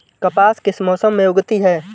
कपास किस मौसम में उगती है?